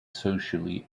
socially